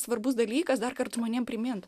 svarbus dalykas darkart žmonėm primint